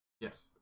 Yes